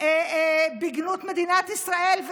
בגנות מדינת ישראל,